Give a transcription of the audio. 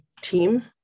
team